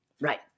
Right